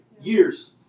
Years